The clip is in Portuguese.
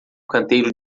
canteiro